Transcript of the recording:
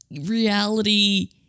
reality